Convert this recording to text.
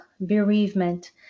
bereavement